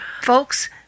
Folks